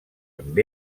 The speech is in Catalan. amb